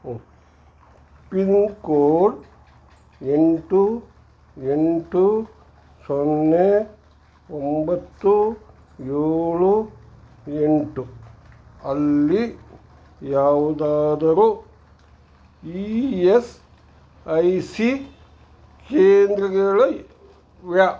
pin code ಎಂಟು ಎಂಟು ಸೊನ್ನೆ ಒಂಬತ್ತು ಏಳು ಎಂಟು ಅಲ್ಲಿ ಯಾವುದಾದರೂ ಇ ಎಸ್ ಐ ಸಿ ಕೇಂದ್ರಗಳಿವೆಯಾ